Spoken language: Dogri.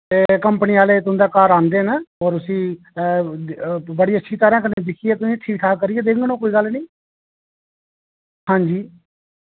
ते कंपनी आह्ले तुं''दे घर आंदे न और उस्सी बड़ी अच्छी तरह कन्नै दिक्खियै तुसें ठीक ठाक करियै देंङ ओ कोई गल्ल नी हां जी